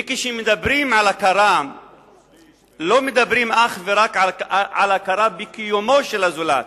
כשמדברים על הכרה לא מדברים אך ורק על הכרה בקיומו של הזולת,